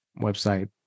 website